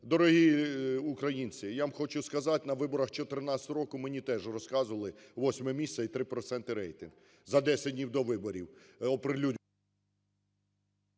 Дорогі українці, я вам хочу сказати, на виборах 14-го року мені теж розказували: 8 місце і 3 проценти рейтинг. За 10 днів до виборів…